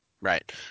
right